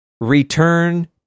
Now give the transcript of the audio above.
return